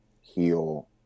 heal